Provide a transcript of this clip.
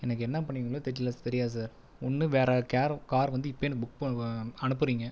எனக்கு என்ன பண்ணுவீங்களோ தெரியல தெரியாது சார் ஒன்று வேற கேர் கார் வந்து இப்பவே எனக்கு புக் பண்ணி அனுப்புறீங்க